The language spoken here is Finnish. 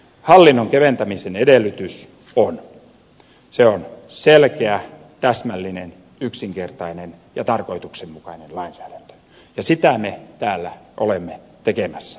hallinnon keventämisen edellytys on selkeä täsmällinen yksinkertainen ja tarkoituksenmukainen lainsäädäntö ja sitä me täällä olemme tekemässä